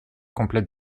complète